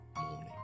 morning